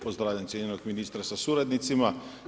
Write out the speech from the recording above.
Pozdravljam cijenjenog ministra sa suradnicima.